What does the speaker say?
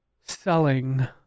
selling